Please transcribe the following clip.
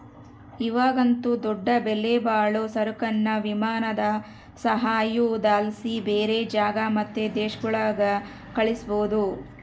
ಇವಾಗಂತೂ ದೊಡ್ಡ ಬೆಲೆಬಾಳೋ ಸರಕುನ್ನ ವಿಮಾನದ ಸಹಾಯುದ್ಲಾಸಿ ಬ್ಯಾರೆ ಜಾಗ ಮತ್ತೆ ದೇಶಗುಳ್ಗೆ ಕಳಿಸ್ಬೋದು